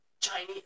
Chinese